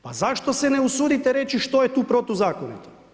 Pa zašto se ne usudite reći što je tu protuzakonito?